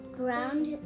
ground